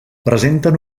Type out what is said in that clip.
presenten